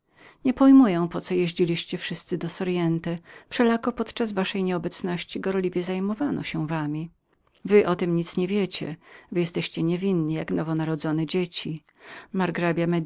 nie pojmuję po co jeździliście wszyscy do soriente wszelako podczas waszej nieobecności gorliwie zajmowano się wami wy o tem nic nie wiecie wy jesteście niewinni jak nowonarodzone dzieci margrabia